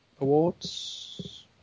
awards